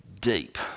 deep